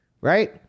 right